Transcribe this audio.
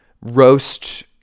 roast